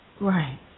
Right